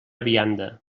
vianda